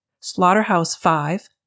Slaughterhouse-Five